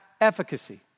efficacy